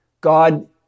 God